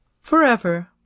Forever